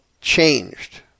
changed